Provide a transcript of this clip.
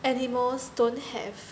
animals don't have